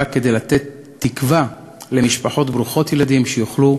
כדי לתת תקווה למשפחות ברוכות ילדים שיוכלו